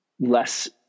less